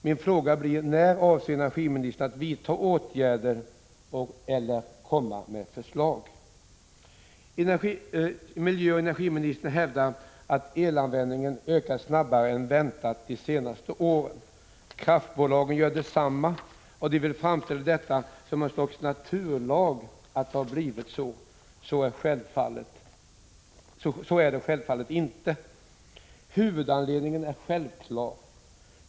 Min fråga blir: När avser energiministern att vidta åtgärder eller komma med förslag? Miljöoch energiministern hävdar att elanvändningen ökat snabbare än väntat de senaste åren. Kraftbolagen gör detsamma, och de vill framställa det som något slags naturlag att det har blivit så. Så är det självfallet inte. Huvudanledningen är självklar.